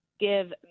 Give